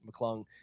McClung